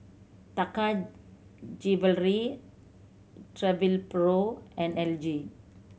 Taka Jewelry Travelpro and L G